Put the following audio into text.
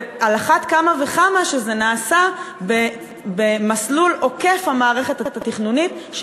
ועל אחת כמה וכמה כשזה נעשה במסלול עוקף המערכת התכנונית,